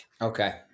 Okay